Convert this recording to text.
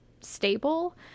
stable